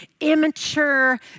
immature